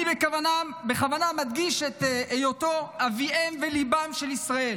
אני בכוונה מדגיש את היותו אביהם וליבם של ישראל